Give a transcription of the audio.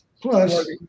Plus